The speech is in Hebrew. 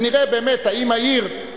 ונראה באמת האם העיר,